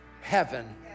heaven